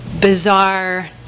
bizarre